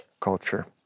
culture